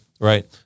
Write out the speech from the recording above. right